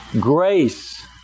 Grace